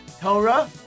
Torah